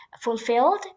fulfilled